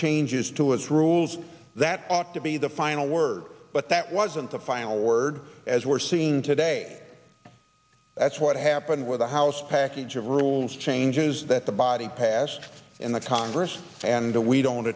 changes to its rules that ought to be the final word but that wasn't the final word as we're seeing today that's what happened with the house package of rules changes that the body passed in the congress and the we don't